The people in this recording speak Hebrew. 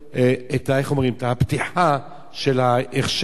הפתיחה של ההכשר של כל היישובים האחרים.